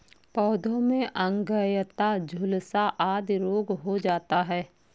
पौधों में अंगैयता, झुलसा आदि रोग हो जाता है